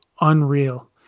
unreal